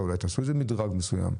או אולי תעשו מדרג מסוים.